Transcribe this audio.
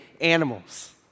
animals